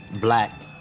black